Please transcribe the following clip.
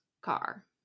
car